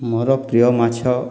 ମୋର ପ୍ରିୟ ମାଛ